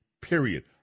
period